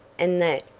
and that,